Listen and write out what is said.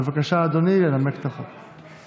בבקשה, אדוני ינמק את החוק.